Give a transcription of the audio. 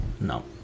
No